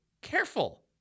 Careful